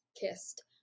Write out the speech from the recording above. kissed